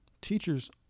Teachers